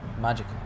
Magic